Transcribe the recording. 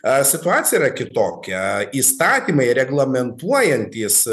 a situacija yra kitokia įstatymai reglamentuojantys